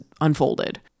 unfolded